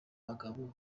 bagabo